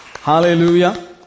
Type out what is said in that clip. Hallelujah